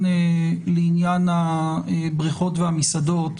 לעניין הבריכות והמסעדות.